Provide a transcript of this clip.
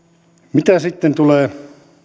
mitä sitten tulee